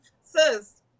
Sis